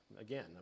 Again